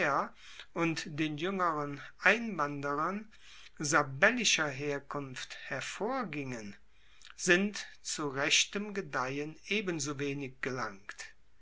und den juengeren einwanderern sabellischer herkunft hervorgingen sind zu rechtem gedeihen ebensowenig gelangt